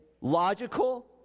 logical